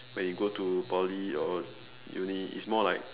when you go to poly or uni it's more like